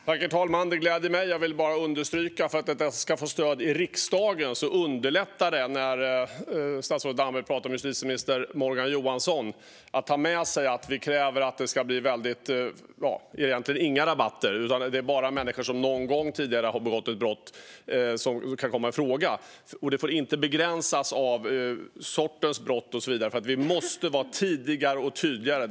Herr talman! Det gläder mig att höra. Jag vill bara understryka att för att det här ska få stöd i riksdagen underlättar det att statsrådet Damberg när han talar med justitieminister Morgan Johansson tar med sig att vi kräver att det egentligen inte ska vara några rabatter alls. Bara människor som någon gång tidigare har begått ett brott kan komma i fråga. Det får inte begränsas av vilken sorts brott det är och så vidare, för vi måste vara tidigare och tydligare.